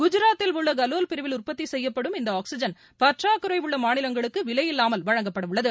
குஜராத்தில் உள்ள கலோல் பிரிவில் உற்பத்தி செய்யப்படும் இந்த ஆக்ஸிஜன் பற்றாக்குறை உள்ள மாநிலங்களுக்கு விலையில்லாமல் வழங்கப்பட உள்ளது